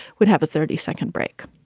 would have a thirty second break.